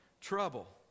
Trouble